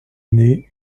aînée